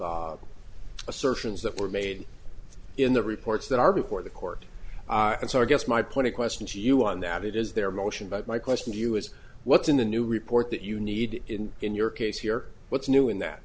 assertions that were made in the reports that are before the court and so i guess my point question to you on that it is their motion but my question to you is what's in the new report that you need in in your case here what's new in that